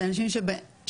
זה אנשים שלמדו.